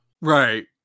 Right